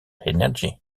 energie